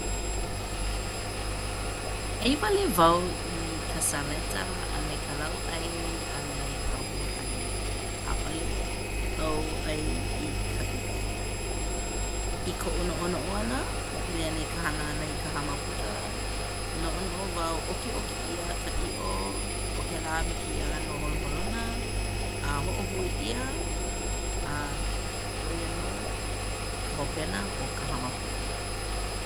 ʻAi wale wau i ka saleta a me ka lauʻai a me ka huaʻai ʻaʻole au ʻai i ka ʻiʻo. I koʻu noʻonoʻo ʻana e pili ana i ka hana ʻana i ka hamapuka noʻonoʻo wau ʻokiʻoki ʻia ka ʻiʻo o kēlā me kēia ʻano holoholona a hoʻohui ʻia a ʻo ia nō ka hopena o ka hamapuka.